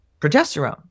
progesterone